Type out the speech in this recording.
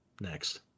Next